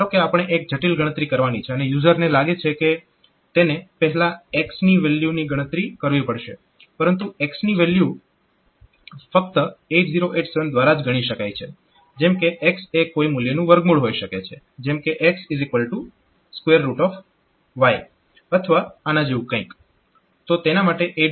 ધારો કે આપણે એક જટીલ ગણતરી કરવાની છે અને યુઝરને લાગે છે કે તેને પહેલા x ની વેલ્યુની ગણતરી કરવી પડશે પરંતુ x ની આ વેલ્યુ ફક્ત 8087 દ્વારા જ ગણી શકાય છે જેમ કે x એ કોઈ મૂલ્યનું વર્ગમૂળ હોઈ શકે છે જેમ કે xy અથવા એના જેવું કંઈક